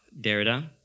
Derrida